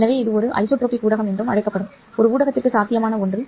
எனவே இது ஒரு ஐசோட்ரோபிக் ஊடகம் என்று அழைக்கப்படும் ஒரு ஊடகத்திற்கு சாத்தியமான ஒன்று